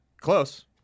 Close